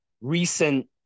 recent